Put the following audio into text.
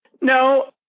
No